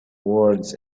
words